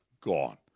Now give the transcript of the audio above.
gone